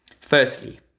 Firstly